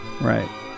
Right